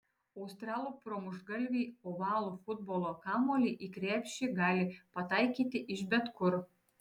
australų pramuštgalviai ovalų futbolo kamuolį į krepšį gali pataikyti iš bet kur